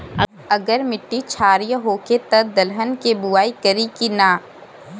अगर मिट्टी क्षारीय होखे त दलहन के बुआई करी की न?